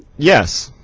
yes